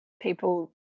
people